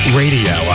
radio